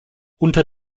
unter